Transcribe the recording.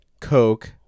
Coke